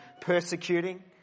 persecuting